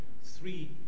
three